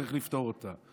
צריך לפתור את זה.